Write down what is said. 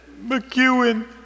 McEwen